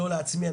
לא לעצמי,